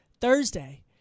Thursday